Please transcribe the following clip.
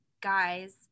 guys